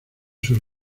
sus